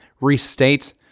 restate